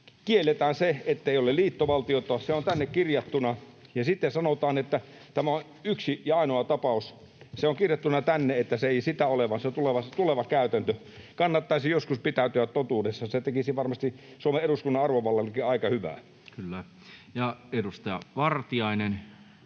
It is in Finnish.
Kielletään se, ettei ole liittovaltiota — se on tänne kirjattuna, ja sitten sanotaan, että tämä on yksi ja ainoa tapaus. Se on kirjattuna tänne, että se ei sitä ole, vaan se on tuleva käytäntö. Kannattaisi joskus pitäytyä totuudessa. Se tekisi varmasti Suomen eduskunnan arvovallallekin aika hyvää. Kyllä. — Ja edustaja Vartiainen